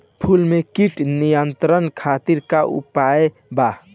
फूल में कीट नियंत्रण खातिर का उपाय बा?